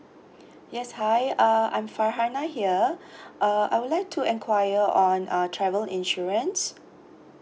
yes hi uh I'm farhana here uh I would like to inquire on uh travel insurance